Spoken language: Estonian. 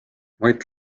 mait